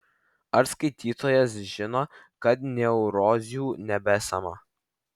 ar skaitytojas žino kad neurozių nebesama